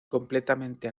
completamente